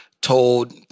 told